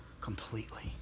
completely